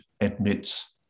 admits